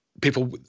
people